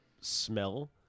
smell